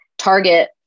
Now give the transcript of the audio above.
Target